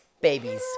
babies